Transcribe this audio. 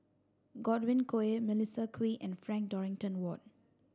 Godwin Koay Melissa Kwee and Frank Dorrington Ward